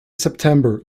september